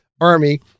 Army